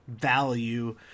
value